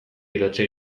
idatzi